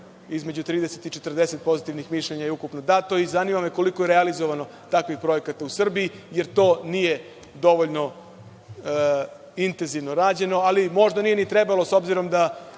između 30 i 40 pozitivnih mišljenja je ukupno dato, i zanima me koliko je realizovano takvih projekata u Srbiji, jer to nije dovoljno intenzivno rađeno, ali možda nije ni trebalo, s obzirom da